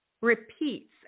repeats